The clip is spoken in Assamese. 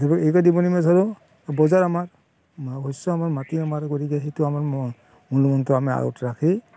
মধ্য়ভোগীক এইটোৱে দিব নিবিচাৰোঁ বজাৰ আমাৰ শস্য মা আমাৰ মাটি আমাৰ গতিকে সেইটো মূলমন্ত্ৰ আমি আগত ৰাখি